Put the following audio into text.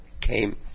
came